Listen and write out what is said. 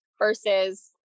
Versus